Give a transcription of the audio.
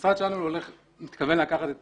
המשרד שלנו מתכוון לקחת את